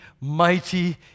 mighty